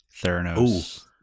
Theranos